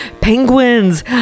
penguins